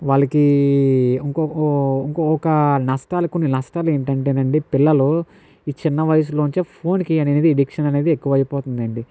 వాళ్లకి ఇంకొక ఇంకొక నష్టాలు కొన్ని నష్టాలు ఏంటంటేనండి పిల్లలు చిన్న వయసులో నుంచే ఫోన్ కి అనేది అడిక్షన్ అనేది ఎక్కువ అయిపోతుండి